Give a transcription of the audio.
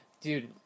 dude